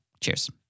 Cheers